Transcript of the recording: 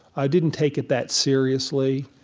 i didn't take it that seriously.